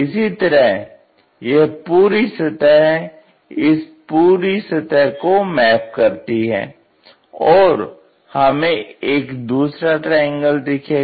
इसी तरह यह पूरी सतह इस पूरी सतह को मैप करती है और हमें एक दूसरा ट्रायंगल दिखेगा